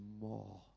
more